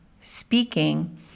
speaking